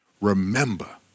remember